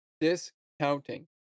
discounting